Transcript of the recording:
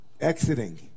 Exiting